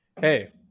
Hey